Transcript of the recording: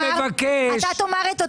הן במקבץ.